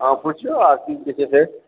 अहाँ पुछिऔ